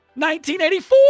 1984